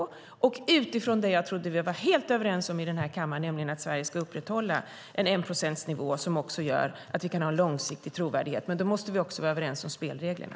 Jag trodde också att vi i den här kammaren var helt överens om att det är rimligt att Sverige ska upprätthålla enprocentsnivån som gör att vi kan ha en långsiktig trovärdighet. Men då måste vi också vara överens om spelreglerna.